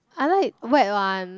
I like wet one